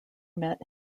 met